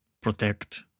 protect